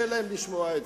אין